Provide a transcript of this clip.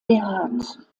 behaart